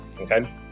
okay